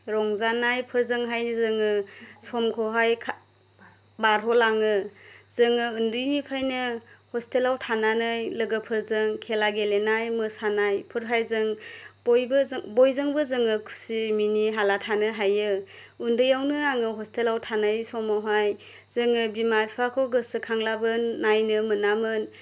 रंजानायफोरजोंहायनो जोङो समखौहाय खा बारग'लाङो जोङो ओन्दैनिफ्रायनो हस्टेलाव थानानै लोगोफोरजों खेला गेलेनाय मोसानायफोरहाय जों बयबो जों बयजोंबो जोङो खुसि मिनि हाला थानो हायो उन्दैआवनो आङो हस्टेलाव थानाय समावहाय जोङो बिमा फिफाखौ गोसोखांलाबो नायनो मोनामोन